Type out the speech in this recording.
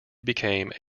became